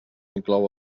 inclou